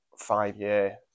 five-year